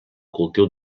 cultiu